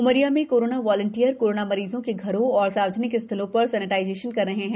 उमरिया में corona volunteer corona मरीजो के घरों और सार्वजनिक स्थलों पर सैनिटाइजेशन कर रहे हैं